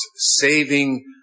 saving